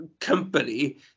company